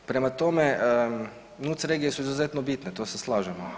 Prema tome, NUC regije su izuzetno bitne, to se slažemo.